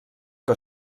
que